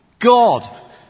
God